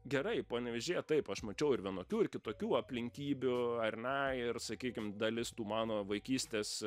gerai panevėžyje taip aš mačiau ir vienokių ir kitokių aplinkybių ar ne ir sakykim dalis tų mano vaikystės